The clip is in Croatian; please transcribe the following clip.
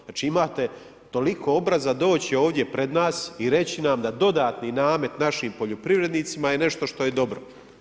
Znači imate toliko obraza doći ovdje pred nas i reći nam da dodatni namet našim poljoprivrednicima je nešto što je dobro.